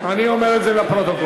אני אומר את זה לפרוטוקול.